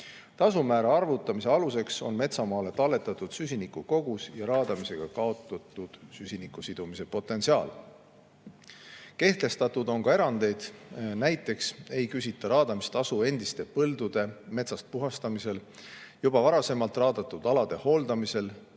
Tasumäära arvutamise aluseks on metsamaale talletatud süsiniku kogus ja raadamisega kaotatud süsinikusidumise potentsiaal. Kehtestatud on ka erandeid, näiteks ei küsita raadamistasu endiste põldude metsast puhastamisel, juba varasemalt raadatud alade hooldamisel